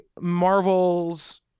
Marvel's